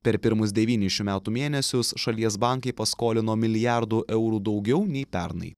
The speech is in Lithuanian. per pirmus devynis šių metų mėnesius šalies bankai paskolino milijardu eurų daugiau nei pernai